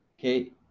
Okay